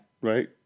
Right